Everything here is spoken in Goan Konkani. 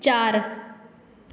चार